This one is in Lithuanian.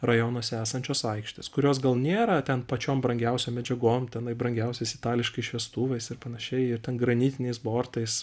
rajonuose esančios aikštės kurios gal nėra ten pačiom brangiausiom medžiagom tenai brangiausiais itališkais šviestuvais ir panašiai ir ten granitiniais bortais